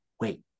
wait